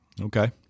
Okay